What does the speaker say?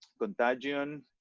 contagion